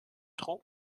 trop